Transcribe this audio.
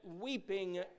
weeping